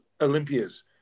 Olympias